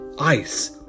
Ice